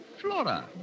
Flora